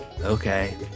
okay